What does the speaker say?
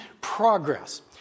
progress